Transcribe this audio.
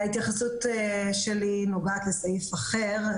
ההתייחסות שלי נוגעת לסעיף אחר,